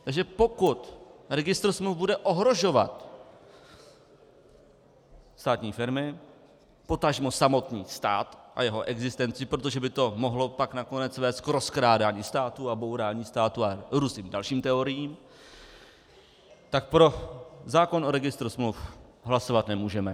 Takže pokud registr smluv bude ohrožovat státní firmy, potažmo samotný stát a jeho existenci, protože by to mohlo pak nakonec vést k rozkrádání státu, bourání státu a k různým dalším teoriím, tak pro zákon o registru smluv hlasovat nemůžeme.